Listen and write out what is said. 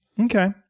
okay